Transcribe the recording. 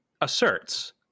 asserts